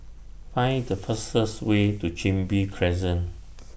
Find The fastest Way to Chin Bee Crescent